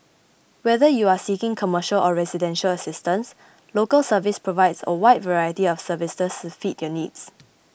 whether you are seeking commercial or residential assistance Local Service provides a wide variety of services to fit your needs